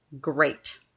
great